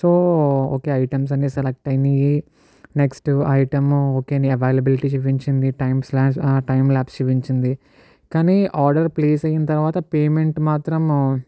so ఒక items అని select అయినవీ నెక్స్ట్ ఐటమ్ ఒక అవైలబిలిటీ చూపించింది టైం స్లాబ్స్ టైం లాప్స్ చూపించింది కానీ ఆర్డర్ ప్లేస్ అయిన తర్వాత పేమెంట్ మాత్రం